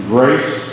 Grace